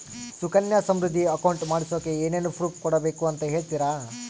Sukanya Samriddhi account ಮಾಡಿಸೋಕೆ ಏನೇನು proof ಕೊಡಬೇಕು ಅಂತ ಹೇಳ್ತೇರಾ?